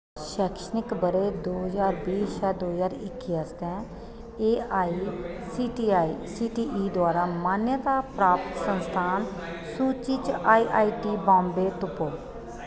शैक्षणिक ब'रे दो ज्हार बीह् शा दो ज्हार इक्की आस्तै A I C T I C T E द्वारा मान्यता प्राप्त संस्थान सूची च आई आई टी बॉम्बे तुप्पो